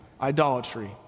idolatry